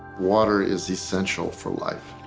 water is essential for life,